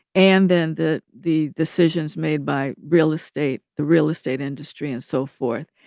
and then the the decisions made by real estate the real estate industry and so forth.